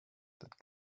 that